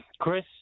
Chris